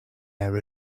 air